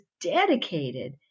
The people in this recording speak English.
dedicated